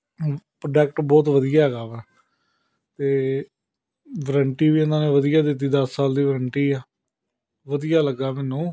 product ਬਹੁਤ ਵਧੀਆ ਹੈਗਾ ਵਾ ਅਤੇ ਵਰੰਟੀ ਵੀ ਉਹਨਾਂ ਨੇ ਵਧੀਆ ਦਿੱਤੀ ਦਸ ਸਾਲ ਦੀ ਵਰੰਟੀ ਆ ਵਧੀਆ ਲੱਗਾ ਮੈਨੂੰ